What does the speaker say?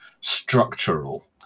structural